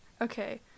okay